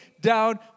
down